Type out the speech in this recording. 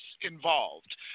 involved